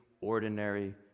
ordinary